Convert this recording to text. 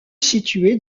située